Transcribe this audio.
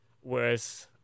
whereas